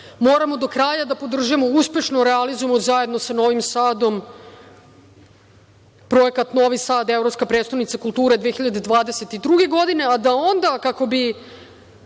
do kraja da podržimo i uspešno realizujemo, zajedno sa Novim Sadom, projekat „Novi Sad – evropska prestonica kulture“ 2022. godine, a da onda kako bi